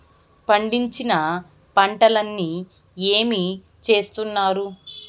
పండించిన పంటలని ఏమి చేస్తున్నారు?